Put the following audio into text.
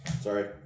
Sorry